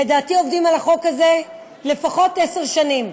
לדעתי, עובדים על החוק הזה לפחות עשר שנים,